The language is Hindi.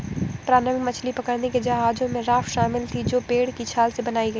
प्रारंभिक मछली पकड़ने के जहाजों में राफ्ट शामिल थीं जो पेड़ की छाल से बनाई गई